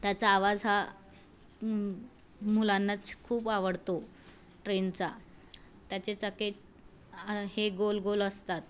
त्याचा आवाज हा मुलांनाच खूप आवडतो ट्रेनचा त्याचे चाक हे गोल गोल असतात